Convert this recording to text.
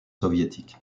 soviétique